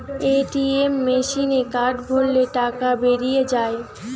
ATM মেসিনে card ভরলে টাকা বেরিয়ে যায়